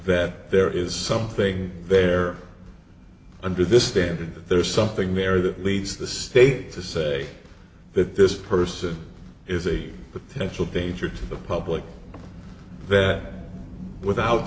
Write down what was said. that there is something there under this standard that there's something there that leads the state to say that this person is a potential danger to the public that without